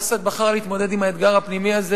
אסד בחר להתמודד עם האתגר הפנימי הזה